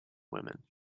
women